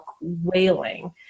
wailing